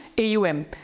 AUM